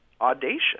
audacious